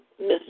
Miss